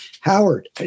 Howard